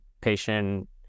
patient